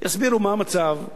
יסבירו מה המצב,